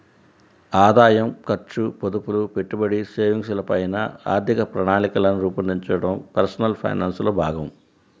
ఆదాయం, ఖర్చు, పొదుపులు, పెట్టుబడి, సేవింగ్స్ ల పైన ఆర్థిక ప్రణాళికను రూపొందించడం పర్సనల్ ఫైనాన్స్ లో భాగం